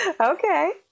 Okay